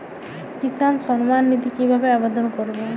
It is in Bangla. কিষান সম্মাননিধি কিভাবে আবেদন করব?